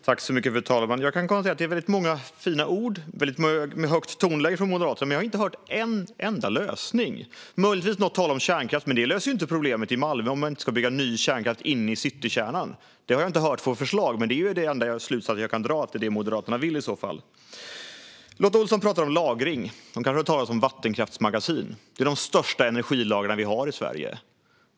Fru talman! Jag kan konstatera att det är många fina ord och ett högt tonläge från Moderaterna, men jag har inte hört en enda lösning nämnas. Möjligtvis har det varit något tal om kärnkraft, men det löser inte problemet i Malmö - om man inte ska bygga ny kärnkraft inne i citykärnan. Det har jag inte hört något förslag om, men det är den enda slutsats jag kan dra när det gäller vad Moderaterna vill i så fall. Lotta Olsson talar om lagring. Hon kanske har hört talas om vattenkraftsmagasin. Det är de största energilagren vi har i Sverige.